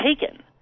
taken